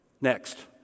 Next